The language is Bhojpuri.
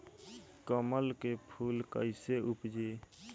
कमल के फूल कईसे उपजी?